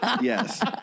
yes